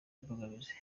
imbogamizi